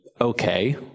okay